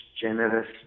generous